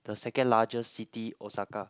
the second largest city Osaka